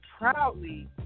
proudly